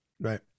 Right